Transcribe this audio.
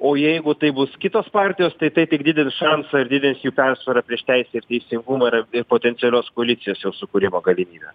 o jeigu tai bus kitos partijos tai tai tik didins šansą ir didins jų persvarą prieš teisę ir teisingumą ir potencialios koalicijos jau sukūrimo galimybę